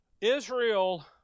Israel